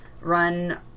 run